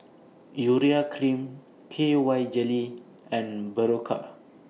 Urea Cream K Y Jelly and Berocca